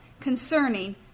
concerning